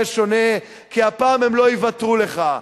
יהיה שונה כי הפעם הם לא יוותרו לך.